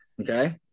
Okay